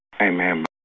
Amen